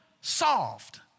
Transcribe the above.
solved